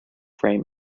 frame